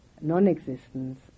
non-existence